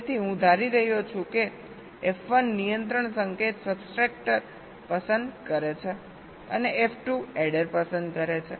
તેથી હું ધારી રહ્યો છું કે F1 નિયંત્રણ સંકેત સબસ્ટ્રેક્ટર પસંદ કરે છે અને F2 એડર પસંદ કરે છે